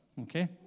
okay